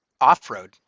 off-road